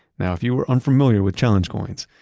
now if you were unfamiliar with challenge coins,